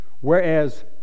whereas